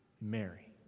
Mary